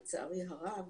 לצערי הרב,